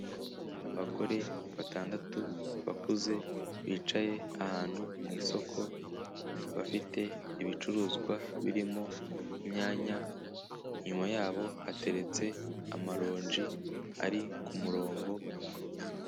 Abagore batandatu bakuze bicaye ahantu mu isoko, bafite ibicuruzwa birimo inyanya, inyuma yabo hateretse amaronji ari ku murongo.